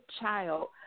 child